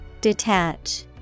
detach